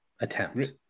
attempt